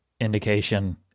indication